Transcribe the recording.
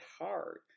hard